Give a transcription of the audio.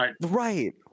Right